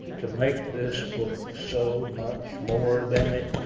to make this book, so much more, than it